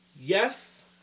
Yes